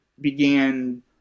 began